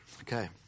Okay